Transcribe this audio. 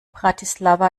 bratislava